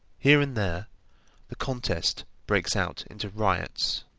here and there the contest breaks out into riots.